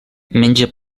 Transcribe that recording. menja